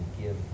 give